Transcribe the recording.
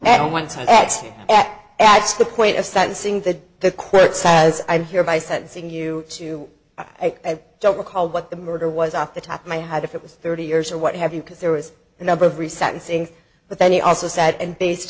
at one time x x x the point of sentencing that the court says i'm here by sentencing you to i don't recall but the murder was off the top of my head if it was thirty years or what have you because there was a number of reset in sync but then he also said and based